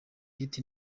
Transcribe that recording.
hit